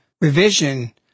revision